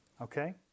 Okay